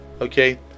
okay